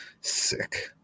Sick